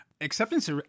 acceptance